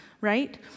right